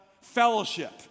fellowship